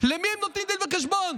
למי הם נותנים דין וחשבון?